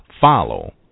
follow